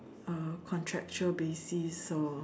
uh contractual basis or